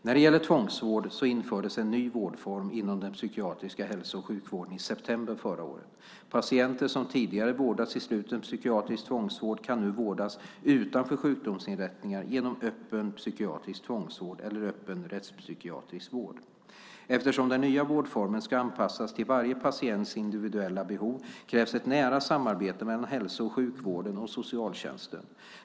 När det gäller tvångsvård infördes en ny vårdform inom den psykiatriska hälso och sjukvården i september förra året. Patienter som tidigare vårdats i sluten psykiatrisk tvångsvård kan nu vårdas utanför sjukvårdsinrättningar, genom öppen psykiatrisk tvångsvård eller öppen rättspsykiatrisk vård. Eftersom den nya vårdformen ska anpassas till varje patients individuella behov krävs ett nära samarbete mellan hälso och sjukvården och socialtjänsten.